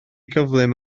gyflym